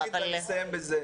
אני ברשותך אגיד ואני אסיים בזה.